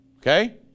Okay